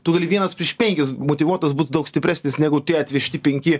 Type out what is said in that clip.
tu gali vienas prieš penkis motyvuotas būt daug stipresnis negu tie atvežti penki